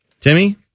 Timmy